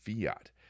fiat